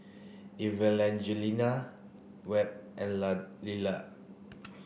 Evangelina Webb and Lillard